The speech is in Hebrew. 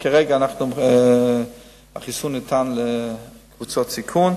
כרגע החיסון ניתן לקבוצות סיכון.